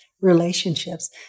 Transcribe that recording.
relationships